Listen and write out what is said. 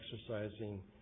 exercising